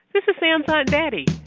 this is sam's aunt betty.